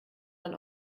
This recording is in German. man